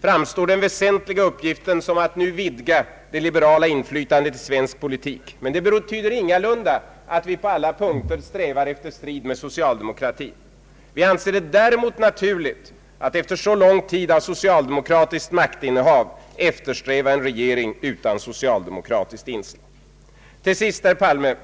framstår som den väsentligaste uppgiften att nu vidga det liberala inflytandet i svensk politik, men det betyder ingalunda att vi på alla punkter strävar efter strid med socialdemokratin. Vi anser det däremot naturligt att efter så lång tid av socialdemokratiskt maktinnehav eftersträva en regering utan socialdemokratiskt inslag. Till sist, herr Palme!